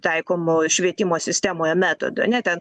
taikomų švietimo sistemoje metodų ane ten